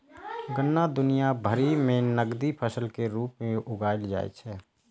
गन्ना दुनिया भरि मे नकदी फसल के रूप मे उगाएल जाइ छै